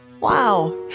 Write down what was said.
Wow